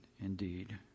indeed